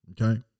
okay